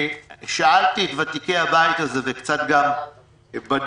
שאלתי את ותיקי הבית הזה וקצת גם בדקתי,